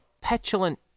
petulant